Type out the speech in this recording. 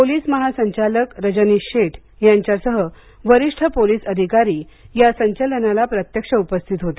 police महासंचालक रजनीश शेठ यांच्यासह वरिष्ठ पोलीस अधिकारी या संचलनाला प्रत्यक्ष उपस्थित होते